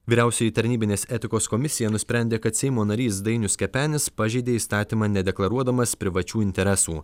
vyriausioji tarnybinės etikos komisija nusprendė kad seimo narys dainius kepenis pažeidė įstatymą nedeklaruodamas privačių interesų